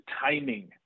timing